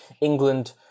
England